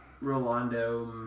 Rolando